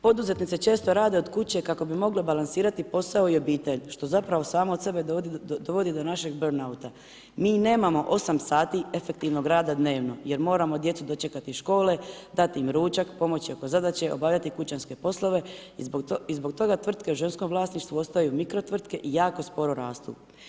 Poduzetnice često rade od kuće kako bi mogle balansirati posao i obitelj, što zapravo samo od sebe dovodi do našeg bourn-out mi nemamo 8 sati efektivnog rada dnevno, jer moramo dočekati iz škole, dati im ručak, pomoći oko zadaće, obavljati kućanske poslove i zbog toga tvrtke u ženskom vlasništvu ostaju mikrotvrtke i jako sporo rastu.